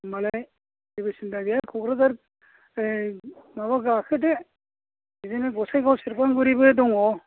माने जेबो सिन्था गैया क'क्राझार माबा गाखोदो बिदिनो गसाइगाव सेरफांगुरिबो दङ